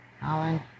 Alan